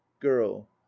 girl